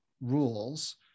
rules